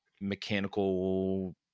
mechanical